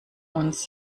uns